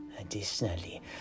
Additionally